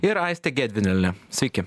ir aiste gedvinele sveiki